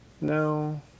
No